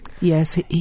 yes